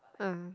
ah